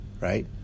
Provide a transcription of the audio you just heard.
right